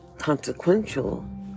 consequential